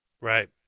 right